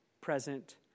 present